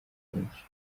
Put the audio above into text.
byinshi